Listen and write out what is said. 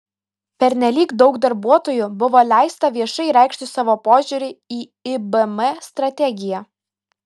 pernelyg daug darbuotojų buvo leista viešai reikšti savo požiūrį į ibm strategiją